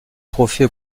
trophée